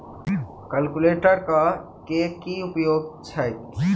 Cultivator केँ की उपयोग छैक?